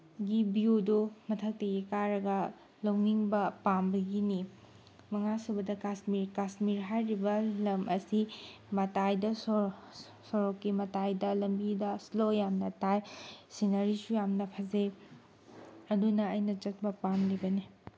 ꯒꯤ ꯕꯤꯌꯨꯗꯨ ꯃꯊꯛꯇꯒꯤ ꯀꯥꯔꯒ ꯂꯧꯅꯤꯡꯕ ꯄꯥꯝꯕꯒꯤꯅꯤ ꯃꯉꯥ ꯁꯨꯕꯗ ꯀꯥꯁꯃꯤꯔ ꯀꯥꯁꯃꯤꯔ ꯍꯥꯏꯔꯤꯕ ꯂꯝ ꯑꯁꯤ ꯃꯇꯥꯏꯗ ꯁꯣꯔꯣꯛꯀꯤ ꯃꯇꯥꯏꯗ ꯂꯝꯕꯤꯗ ꯁ꯭ꯅꯣ ꯌꯥꯝꯅ ꯇꯥꯏ ꯁꯤꯅꯔꯤꯁꯨ ꯌꯥꯝꯅ ꯐꯖꯩ ꯑꯗꯨꯅ ꯑꯩꯅ ꯆꯠꯄ ꯄꯥꯝꯂꯤꯕꯅꯤ